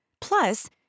Plus